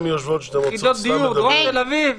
יחידות דיור, דרום תל אביב.